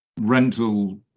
rental